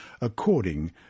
according